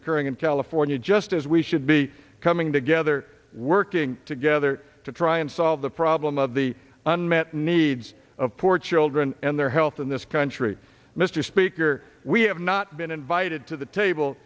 occurring in california just as we should be coming together working together to try and solve the problem of the unmet needs of poor children and their health in this country mr speaker we have not been invited to the table